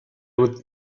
would